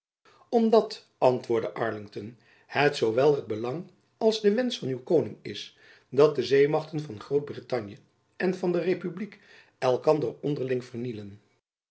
dat antwoordde arlington het zoowel het belang als de wensch van uw koning is dat de zeemachten van groot-brittanje en van de republiek elkander onderling vernielen